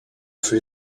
fut